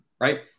right